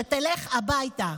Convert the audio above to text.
שתלך הביתה.